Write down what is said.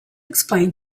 explain